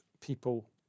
people